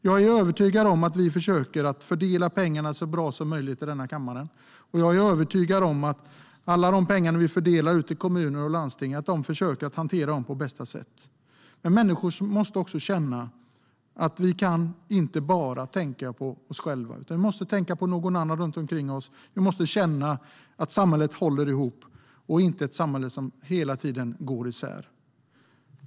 Jag är övertygad om att vi här i kammaren försöker fördela pengarna så bra som möjligt, och beträffande alla de pengar som vi fördelar till kommuner och landsting är jag övertygad om att man försöker hantera dem på bästa sätt. Men människor måste också känna att vi inte bara kan tänka på oss själva, utan vi måste tänka på någon annan runt omkring oss, och vi måste känna att samhället håller ihop och inte är ett samhälle som hela tiden går isär.